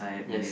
yes